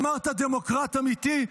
אמרת דמוקרט אמיתי?